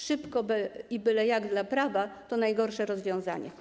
Szybko i byle jak dla prawa to najgorsze rozwiązanie.